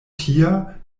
tia